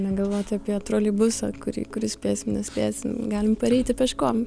negalvoti apie troleibusą kurį kurį spėsim nespėsim galim pareiti peškom